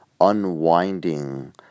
unwinding